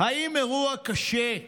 האם אירוע קשה,